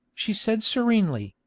she said serenely,